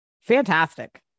Fantastic